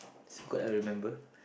it's a good I remember